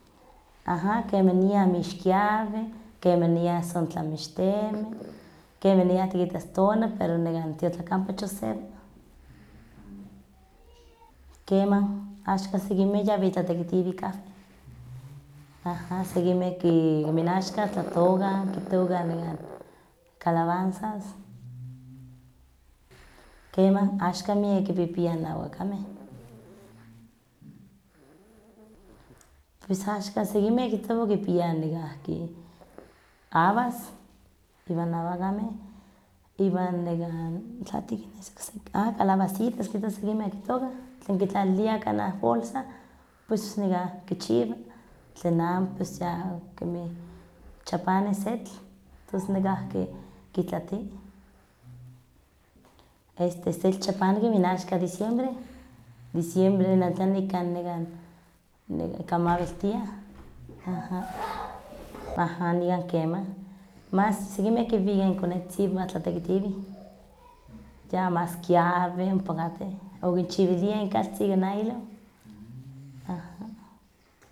Aha kemanian mixkiawi, kemanian son tlamixtemi, kemaniah tikitas tona pero tiotlakan kachon sewa, kemah axkan sekinmeh yawih tlatekitiweh kahwen, aha, sekinmeh kemih n axkan tlatookah, kitookah nekan calabanzas. Kemah axkan miak kipipian awakameh, pues axkan sekinmeh kihtowa kipiah abas iwan awakameh, tlatiki nes okseki, ah calabacitas kihtowa sekinmeh kitokah, tlen kitlaliliah kanah bolsa, tos nekah kichiwa, tlen amo pues ya ok kemi chapani setl, tos nekahki kitlati, este setl chapani kemin axkan diciembre, diciembre netlan ika nekan nekan kan mawiltiah, aha. Aha nikan kemah, mas sekinmeh kinwikan ikonetzitziwan tlatekitiweh, ya mas kiawi ompakateh, o kinchiwiliah inkaltzin ika naylo, aha.